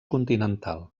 continental